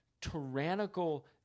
tyrannical